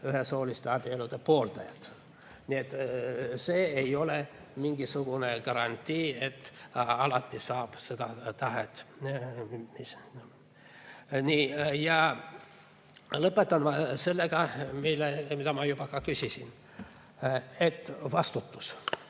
ühesooliste abielude pooldajad. Nii et see ei ole mingisugune garantii, et alati saab seda tahet ... Lõpetan sellega, mida ma juba ka küsisin. Vastutus.